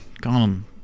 gone